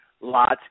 lots